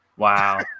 Wow